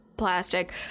plastic